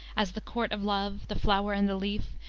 as the court of love, the flower and the leaf,